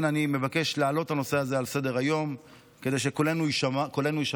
אני מבקש להעלות את הנושא הזה על סדר-היום כדי שקולנו יישמע,